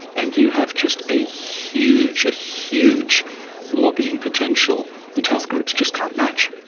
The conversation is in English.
and you have just a huge, a huge lobbying potential, which health groups just can't match.